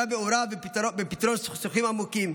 הרב מעורב בפתרון סכסוכים עמוקים,